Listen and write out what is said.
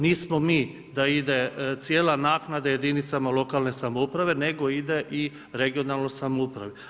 Nismo mi da ide cijela naknada jedinice lokalne samouprave nego ide i regionalnoj samoupravi.